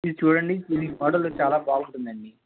ఇది చూడండి ఇది మోడలు చాలా బాగుంటుందండి